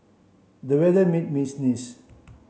the weather made me sneeze